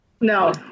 No